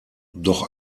doch